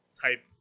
type